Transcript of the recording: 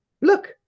look